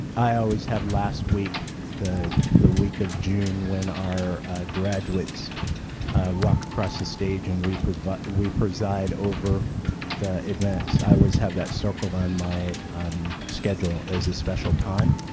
i always have last week, the the week of june when our graduates walk across the stage and we preside but we preside over the events. i always have that circled on my schedule is a special time.